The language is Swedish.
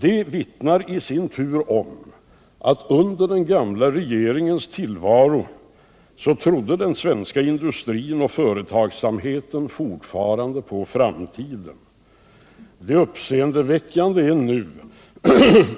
Det vittnar i sin tur om att under den gamla regeringens tillvaro trodde den svenska industrin och företagsamheten fortfarande på framtiden. Det uppseendeväckande är nu